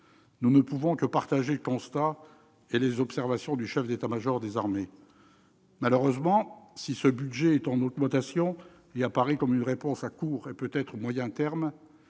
Nous ne pouvons que partager le constat et les observations du chef d'état-major des armées. Malheureusement, si ce budget est en augmentation et apparaît comme une réponse à court et peut-être moyen termes,